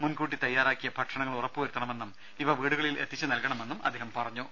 മുൻകൂട്ടി തയാറാക്കിയ ഭക്ഷണങ്ങൾ ഉറപ്പു വരുത്തണമെന്നും ഇവ വീടുകളിൽ എത്തുച്ചു നൽകണമെന്നും അദ്ദേഹം പറഞ്ഞു